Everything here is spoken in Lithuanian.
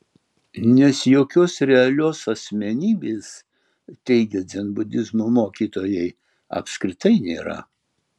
nes jokios realios asmenybės teigia dzenbudizmo mokytojai apskritai nėra